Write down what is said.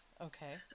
Okay